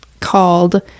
called